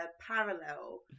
parallel